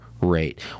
rate